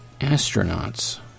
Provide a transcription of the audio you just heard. astronauts